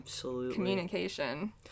communication